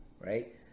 right